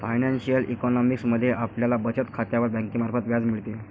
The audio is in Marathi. फायनान्शिअल इकॉनॉमिक्स मध्ये आपल्याला बचत खात्यावर बँकेमार्फत व्याज मिळते